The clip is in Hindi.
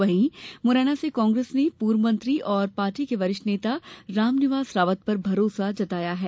वहीं मुरैना से कांग्रेस ने पूर्व मंत्री और पार्टी के वरिष्ठ नेता रामनिवास रावत पर भरोसा जताया है